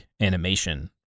animation